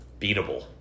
beatable